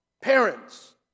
Parents